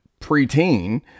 preteen